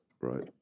Right